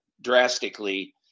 drastically